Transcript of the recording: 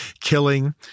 Killing